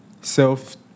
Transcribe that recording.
self